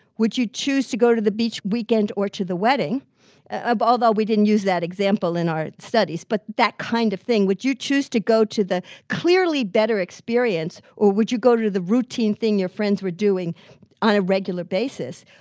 would you choose to go to the beach weekend or to the wedding ah but although we didn't use that example in our studies, but that kind of thing would you choose to go to the clearly better experience, or would you go to to the routine thing your friends were doing on a regular basis?